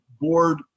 board